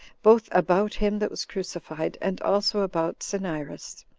both about him that was crucified, and also about cinyras.